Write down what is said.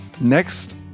Next